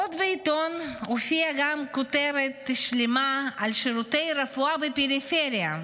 עוד בעיתון הופיעה כותרת שלמה על שירותי רפואה בפריפריה.